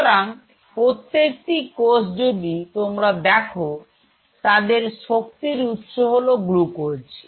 সুতরাং প্রত্যেকটি কোষ যদি তোমরা দেখো তাদের শক্তির উৎস হল গ্লুকোজ